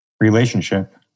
relationship